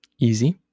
easy